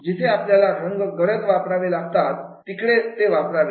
जिथे आपल्याला गडद रंग वापरावे लागतात तिकडे ते वापरावे